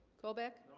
colbeck